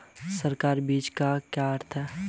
संकर बीज का अर्थ क्या है?